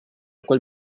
quel